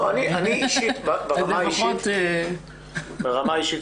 אז לפחות --- ברמה האישית,